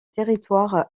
territoires